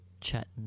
chatting